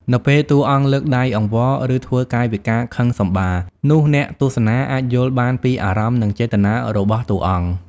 នៅពេលតួអង្គលើកដៃអង្វរ ឬធ្វើកាយវិការខឹងសម្បារ នោះអ្នកទស្សនាអាចយល់បានពីអារម្មណ៍ និងចេតនារបស់តួអង្គ។